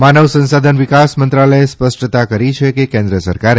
માનવ સંસાધન વિકાસ મંત્રાલયે સ્પષ્ટતા કરી છે કે કેન્દ્ર સરકારે